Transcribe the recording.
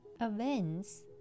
events